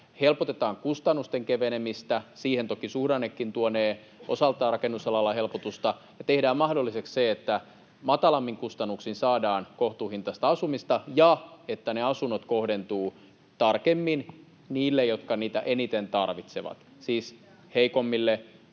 helpotetaan kustannusten kevenemistä — siihen toki suhdannekin tuonee osaltaan rakennusalalla helpotusta — ja tehdään mahdolliseksi se, että matalammin kustannuksin saadaan kohtuuhintaista asumista ja että asunnot kohdentuvat tarkemmin niille, jotka niitä eniten tarvitsevat, siis heikommille,